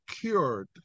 cured